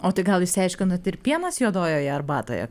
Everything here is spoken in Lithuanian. o tai gal išsiaiškinot ir pienas juodojoje arbatoje